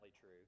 true